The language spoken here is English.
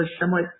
somewhat